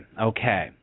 okay